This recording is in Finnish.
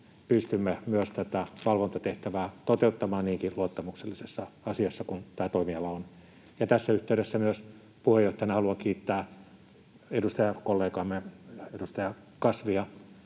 pystymme myös tätä valvontatehtävää toteuttamaan niinkin luottamuksellisessa asiassa kuin tämä toimiala on. Tässä yhteydessä myös puheenjohtajana haluan kiittää edustajakollegaamme, edustaja Kasvia,